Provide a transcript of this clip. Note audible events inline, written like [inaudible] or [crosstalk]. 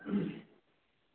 [unintelligible]